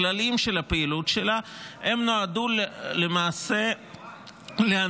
הכללים של הפעילות שלה נועדו למעשה להנציח